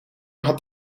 had